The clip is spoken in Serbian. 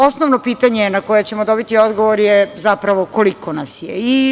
Osnovno pitanje na koje ćemo dobiti odgovor je, zapravo koliko nas je?